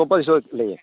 ꯑꯇꯣꯞꯄꯩꯁꯨ ꯂꯩꯌꯦ